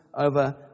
over